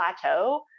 plateau